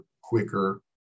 quicker